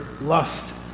lust